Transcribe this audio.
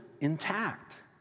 intact